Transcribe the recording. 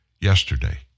yesterday